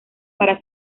para